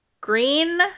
Green